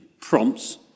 prompts